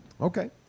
Okay